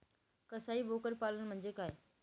कसाई बोकड पालन म्हणजे काय?